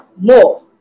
more